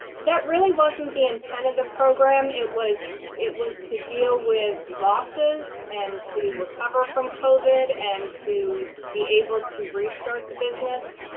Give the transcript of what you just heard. like really wasn't the intent of the program. it was it was to deal with losses and to recover from covid and to be able to restart the business.